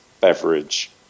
beverage